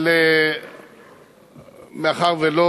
אבל מאחר שלא